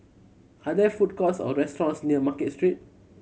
are there food courts or restaurants near Market Street